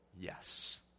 yes